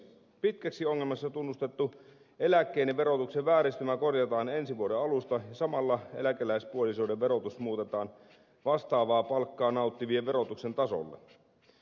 pitkään ongelmaksi tunnustettu eläkkeiden verotuksen vääristymä korjataan ensi vuoden alusta ja samalla eläkeläispuolisoiden verotus muutetaan vastaavaa palkkaa nauttivien verotuksen tasolle